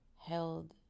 held